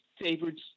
favored